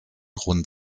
rund